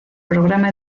programa